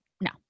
No